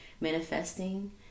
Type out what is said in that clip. manifesting